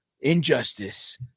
injustice